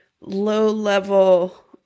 low-level